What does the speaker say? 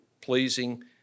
pleasing